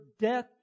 death